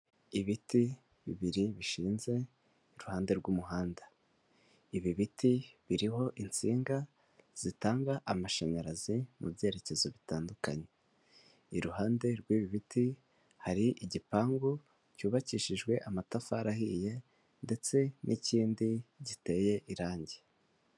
Ibiti bibiri bishinze iruhande rw'umuhanda. Ibi biti biriho insinga zitanga amashanyarazi mu byerekezo bitandukanye, iruhande rw'ibi biti hari igipangu cyubakishijwe amatafari ahiye ndetse n'ikindi giteye irangi.